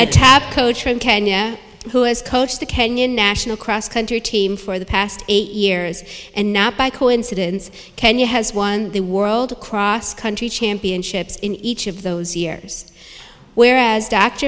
attack coach in kenya who has coached the kenyan national cross country team for the past eight years and now by coincidence kenya has won the world cross country championships in each of those years whereas d